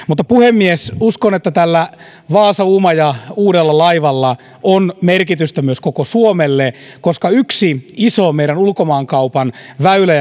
mutta puhemies uskon että tällä uudella vaasa uumaja laivalla on merkitystä myös koko suomelle koska yksi meidän iso ulkomaankaupan väylä